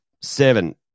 seven